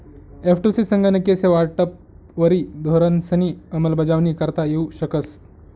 एफ.टु.सी संगणकीय सेवा वाटपवरी धोरणंसनी अंमलबजावणी करता येऊ शकस